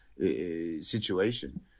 situation